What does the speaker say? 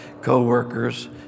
co-workers